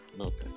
Okay